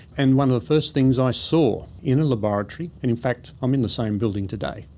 and one of the first things i saw in a laboratory, in in fact i'm in the same building today,